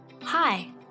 Hi